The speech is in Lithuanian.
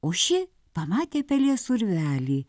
o ši pamatė pelės urvelį